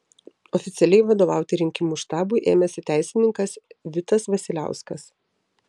oficialiai vadovauti rinkimų štabui ėmėsi teisininkas vitas vasiliauskas